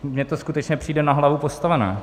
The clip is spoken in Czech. Mně to skutečně přijde na hlavu postavené.